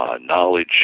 Knowledge